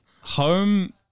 Home